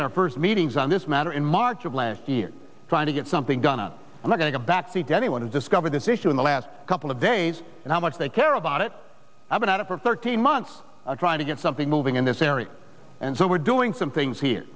had our first meetings on this matter in march of last year trying to get something done and i'm going to back seat anyone has discovered this issue in the last couple of days and how much they care about it i've been at it for thirteen months trying to get something moving in this area and so we're doing some things here